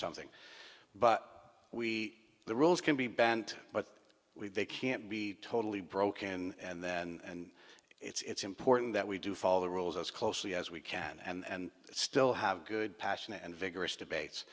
something but we the rules can be bent but we can't be totally broke and then and it's important that we do follow the rules as closely as we can and still have good passionate and vigorous debates